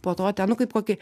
po to ten nu kaip kokį